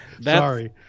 Sorry